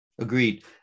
Agreed